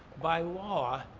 by law,